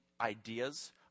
ideas